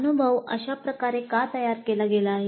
अनुभव अशाप्रकारे का तयार केला गेला आहे